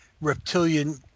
reptilian